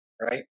right